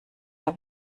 der